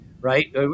right